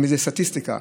בסטטיסטיקה.